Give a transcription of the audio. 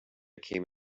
came